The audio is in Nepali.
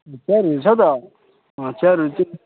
चियरहरू छ त चियरहरू चाहिँ